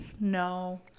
no